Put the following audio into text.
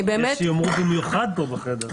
יש שיאמרו שבמיוחד פה בחדר.